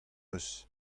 eus